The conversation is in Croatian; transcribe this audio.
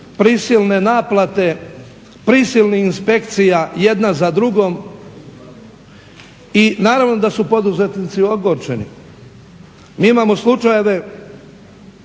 prisilne naplate prisilnih inspekcija jedna za drugom. I naravno da su poduzetnici ogorčeni. Mi imamo slučajeve